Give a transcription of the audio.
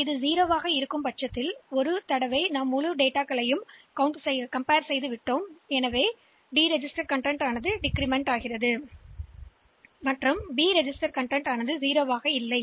எனவே இது 0 ஆக இருந்தால் இந்த கவுண்டர் 2 இன் ஒரு முழுமையான மறு செய்கையை முடித்துவிட்டோம் இந்த டி பதிவேட்டை குறைக்கிறோம் பின்னர் அது பதிவு செய்யப்பட்டால் பூஜ்ஜியமல்ல